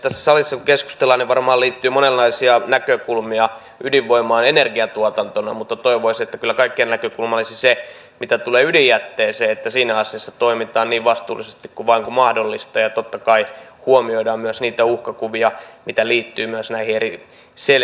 tässä salissa kun keskustellaan niin varmaan liittyy monenlaisia näkökulmia ydinvoimaan energiantuotantona mutta toivoisi että mitä tulee ydinjätteeseen kyllä kaikkien näkökulma olisi se että siinä asiassa toimitaan niin vastuullisesti kuin vain mahdollista ja totta kai huomioidaan myös niitä uhkakuvia mitä liittyy myös näihin eri selvityksiin